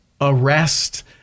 arrest